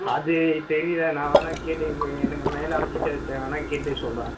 அது தெரியிலை நான் வேணுணா கேட்டு எ எனக்கு மேல் ஆபீஸர்கிட்ட தேவைன்னா கேட்டு சொல்கிறேன்